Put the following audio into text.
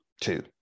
two